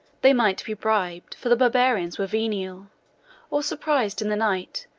they might be bribed, for the barbarians were venal or surprised in the night,